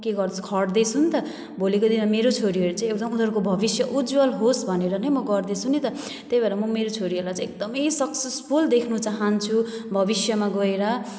के गर्छु खट्दै छु नि त भोलिको दिनमा मेरो छोरीहरू चाहिँ एकदम उनीहरूको भविष्य उज्ज्वल होस् भनेर नै म गर्दैछु नि त त्यै भएर म मेरो छोरीहरूलाई चाहिँ एकदमै सक्सेसफुल देख्न चाहन्छु भविष्यमा गएर